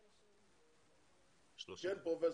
פרופ',